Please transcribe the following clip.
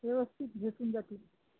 व्यवस्थित भेटून जातील